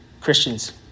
Christians